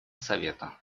совета